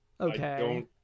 Okay